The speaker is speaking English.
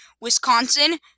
Wisconsin